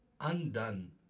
undone